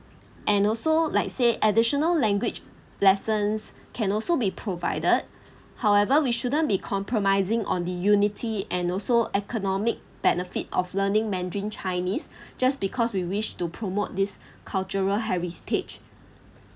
and also like say additional language lessons can also be provided however we shouldn't be compromising on the unity and also economic benefit of learning mandarin chinese just because we wish to promote this cultural heritage